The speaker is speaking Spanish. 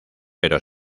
pero